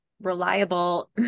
reliable